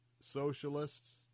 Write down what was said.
socialists